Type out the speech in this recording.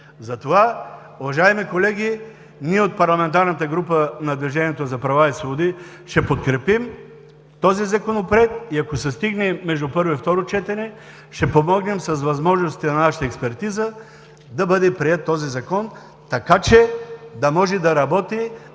Затова, уважаеми колеги, ние от парламентарната група на „Движението за права и свободи“ ще подкрепим този Законопроект и ако се стигне между първо и второ четене, ще помогнем с възможностите на тази експертиза да бъде приет този Закон, така че да може да работи,